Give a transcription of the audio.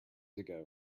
ago